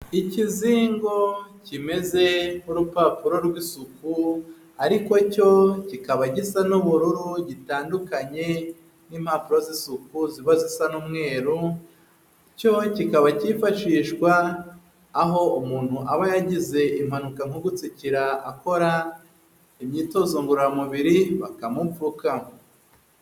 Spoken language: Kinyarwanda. Ikizingo kimeze nk'urupapuro rw'isuku ariko cyo kikaba gisa n'ubururu gitandukanye n'impapuro z'isuku ziba zisa n'umweruro, cyo kikaba cyifashishwa aho umuntu aba yagize impanuka nko gutsikira akora imyitozo ngororamubiri, bakamupfuka.